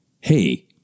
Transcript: hey